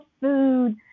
food